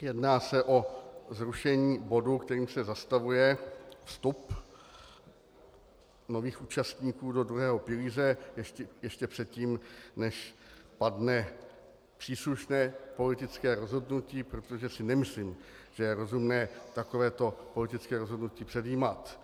Jedná se o zrušení bodu, kterým se zastavuje vstup nových účastníků do druhého pilíře ještě předtím, než padne příslušné politické rozhodnutí, protože si nemyslím, že je rozumné takovéto politické rozhodnutí předjímat.